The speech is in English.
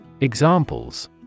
Examples